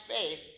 faith